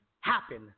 happen